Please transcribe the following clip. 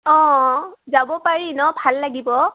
অঁ যাব পাৰি ন ভাল লাগিব